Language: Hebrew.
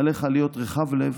עליך להיות רחב לב,